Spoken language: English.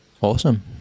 Awesome